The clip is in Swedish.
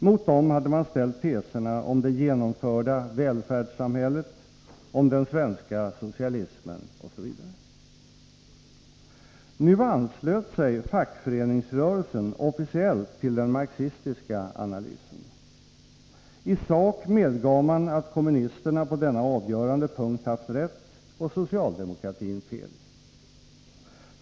Mot dem hade man ställt teserna om det genomförda ”välfärdssamhället” , om ”den svenska socialismen” osv. Nu anslöt sig fackföreningsrörelsen officiellt till den marxistiska analysen. I sak medgav man att kommunisterna på denna avgörande punkt haft rätt och socialdemokratin fel.